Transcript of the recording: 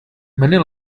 many